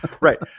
Right